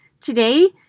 Today